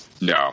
no